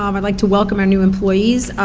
um i'd like to welcome our new employees.